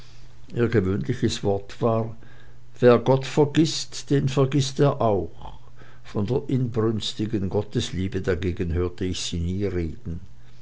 gewöhnliches wort war wer gott vergißt den vergißt er auch von der inbrünstigen gottesliebe dagegen hörte ich sie nie reden